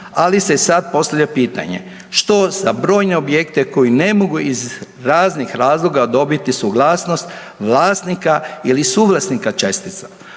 ali se sad postavlja pitanje što za brojne objekte koji ne mogu iz raznih razloga dobiti suglasnost vlasnika ili suvlasnika čestica.